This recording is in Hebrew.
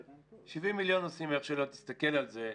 70 מיליון נוסעים איך שלא תסתכל על זה,